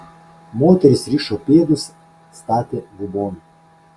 moterys rišo pėdus statė gubon